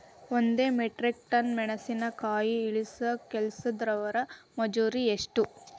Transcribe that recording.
ಒಂದ್ metric tonne ಮೆಣಸಿನಕಾಯಿ ಇಳಸಾಕ್ ಕೆಲಸ್ದವರ ಮಜೂರಿ ಎಷ್ಟ?